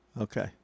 Okay